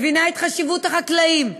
מבינה את חשיבות החקלאים.